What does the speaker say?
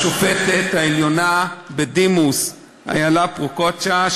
לשופטת העליונה בדימוס אילה פרוקצ'יה,